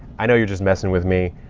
i know you're just messing with me.